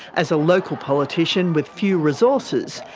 as a local politician with few resources,